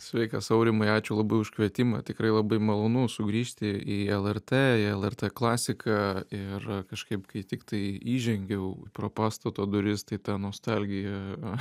sveikas aurimai ačiū labai už kvietimą tikrai labai malonu sugrįžti į lrt į lrt klasiką ir kažkaip kai tiktai įžengiau pro pastato duris tai ta nostalgija